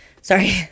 sorry